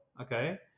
Okay